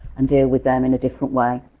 and deal with them in a different way.